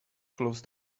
close